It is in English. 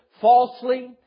falsely